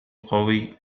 قوي